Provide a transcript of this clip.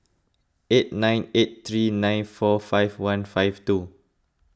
eight nine eight three nine four five one five two